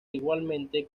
igualmente